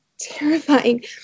terrifying